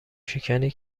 شکنی